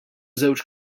żewġ